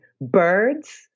birds